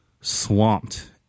Swamped